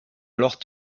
alors